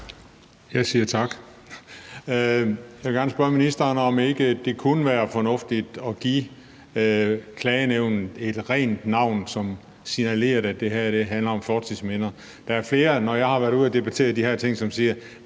Jeg siger tak. Jeg vil gerne spørge ministeren, om ikke det kunne være fornuftigt at give klagenævnet et rent navn, som signalerede, at det her handler om fortidsminder. Der er flere, der, når jeg har været ude at debattere de her ting, spørger